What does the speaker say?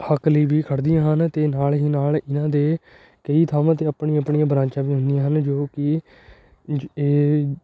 ਹੱਕ ਲਈ ਵੀ ਖੜ੍ਹਦੀਆਂ ਹਨ ਅਤੇ ਨਾਲ ਹੀ ਨਾਲ ਇਹਨਾਂ ਦੇ ਕਈ ਥਾਵਾਂ 'ਤੇ ਆਪਣੀ ਆਪਣੀਆਂ ਬਰਾਂਚਾਂ ਵੀ ਹੁੰਦੀਆਂ ਹਨ ਜੋ ਕਿ ੲਜ ਇਹ